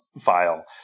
file